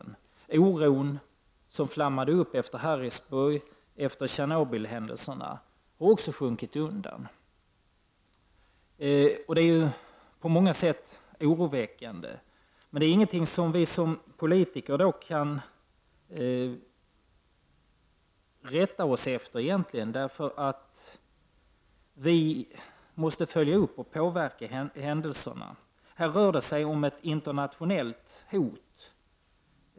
Den oro som flammade upp efter Harrisburgoch Tjernobylhändelserna har också sjunkit undan. Detta är på många sätt oroväckande. Men det är ingenting som vi politiker kan rätta oss efter. Vi måste följa upp och påverka händelserna. Här rör det sig om ett internationellt hot.